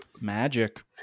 magic